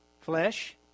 Flesh